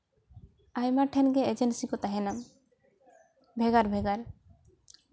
ᱟᱭᱢᱟ ᱴᱷᱮᱱ ᱜᱮ ᱮᱡᱮᱱᱥᱤ ᱠᱚ ᱛᱟᱦᱮᱱᱟ ᱵᱷᱮᱜᱟᱨ ᱵᱷᱮᱜᱟᱨ